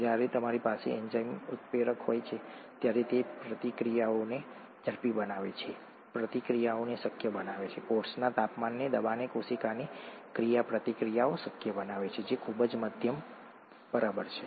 જ્યારે તમારી પાસે એન્ઝાઇમ ઉત્પ્રેરક હોય છે ત્યારે તે પ્રતિક્રિયાઓને ઝડપી બનાવે છે પ્રતિક્રિયાઓને શક્ય બનાવે છે કોષના તાપમાનના દબાણે કોશિકાની પ્રતિક્રિયાઓ શક્ય બનાવે છે જે ખૂબ જ મધ્યમ બરાબર છે